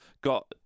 got